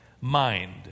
mind